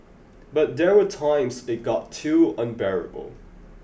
but there were times it got too unbearable